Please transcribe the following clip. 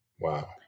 Wow